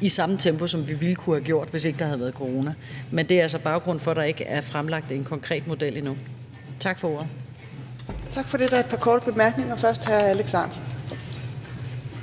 i samme tempo, som vi ville kunne have gjort, hvis ikke der havde været corona. Men det er altså baggrunden for, at der ikke er fremlagt en konkret model endnu. Tak for ordet. Kl. 15:32 Fjerde næstformand (Trine Torp): Tak for det.